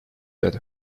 that